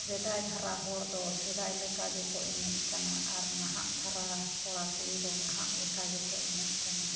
ᱥᱮᱫᱟᱭ ᱫᱷᱟᱨᱟ ᱦᱚᱲ ᱫᱚ ᱥᱮᱫᱟᱭ ᱞᱮᱠᱟ ᱜᱮᱠᱚ ᱮᱱᱮᱡ ᱠᱟᱱᱟ ᱟᱨ ᱱᱟᱦᱟᱜ ᱫᱷᱟᱨᱟ ᱠᱚᱲᱟᱼᱠᱩᱲᱤ ᱫᱚ ᱱᱟᱦᱟᱜ ᱞᱮᱠᱟ ᱜᱮᱠᱚ ᱮᱱᱮᱡ ᱠᱟᱱᱟ